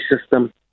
system